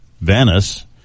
Venice